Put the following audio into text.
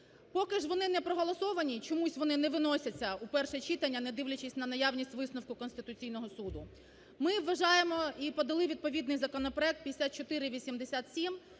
Поки ж вони не проголосовані, чомусь вони не виносяться у перше читання, не дивлячись на наявність висновку Конституційного Суду. Ми вважаємо і подали відповідний законопроект 5487,